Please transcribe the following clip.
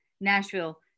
Nashville